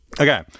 Okay